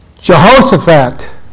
Jehoshaphat